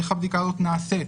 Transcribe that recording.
איך הבדיקה הזאת נעשית?